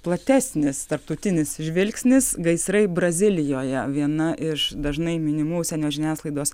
platesnis tarptautinis žvilgsnis gaisrai brazilijoje viena iš dažnai minimų užsienio žiniasklaidos